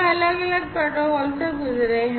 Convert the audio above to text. हम अलग अलग प्रोटोकॉल से गुजरे हैं